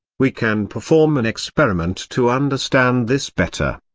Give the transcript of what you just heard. we can perform an experiment to understand this better.